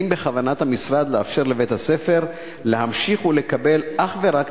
האם בכוונת המשרד לאפשר לבית-הספר להמשיך ולקבל אך ורק